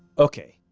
ok,